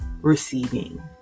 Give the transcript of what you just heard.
receiving